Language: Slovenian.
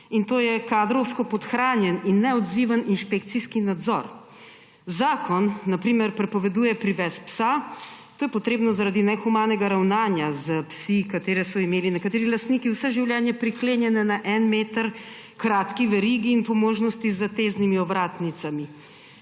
in to je kadrovsko podhranjen in neodziven inšpekcijski nadzor. Zakon na primer prepoveduje privez psa. To je potrebno zaradi nehumanega ravnanja s psi, ki so jih imeli nekateri lastniki vse življenje priklenjene na en meter kratki verigi in po možnosti z zateznimi ovratnicami.